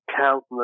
countless